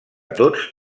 tots